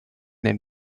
den